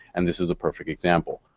and this is a perfect example.